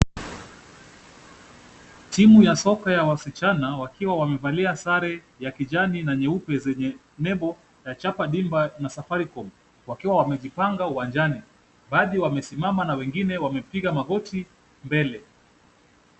Timu ya soka ya wasichana wakiwa wamevalia sare ya kijani na nyeupe zenye nembo ya Chapa Dimba na Safaricom, wakiwa wamejipanga uwanjani. Baadhi wamesimama na wengine wamepiga magoti mbele.